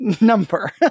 Number